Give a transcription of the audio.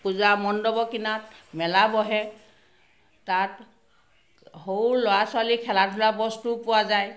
পূজা মণ্ডপৰ কিনাৰত মেলা বহে তাত সৰু ল'ৰা ছোৱালী খেলা ধূলা বস্তু পোৱা যায়